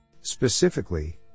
Specifically